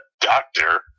doctor